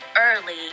early